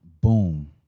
Boom